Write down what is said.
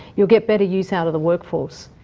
you'll get better use out of the workforce.